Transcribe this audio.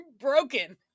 broken